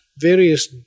various